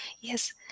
Yes